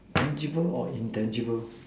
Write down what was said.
tangible or intangible